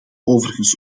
overigens